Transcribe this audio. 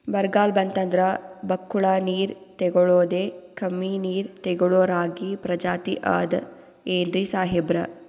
ಬರ್ಗಾಲ್ ಬಂತಂದ್ರ ಬಕ್ಕುಳ ನೀರ್ ತೆಗಳೋದೆ, ಕಮ್ಮಿ ನೀರ್ ತೆಗಳೋ ರಾಗಿ ಪ್ರಜಾತಿ ಆದ್ ಏನ್ರಿ ಸಾಹೇಬ್ರ?